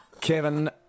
Kevin